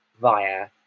via